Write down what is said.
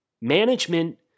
Management